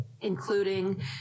including